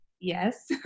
Yes